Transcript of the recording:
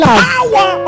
power